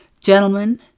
Gentlemen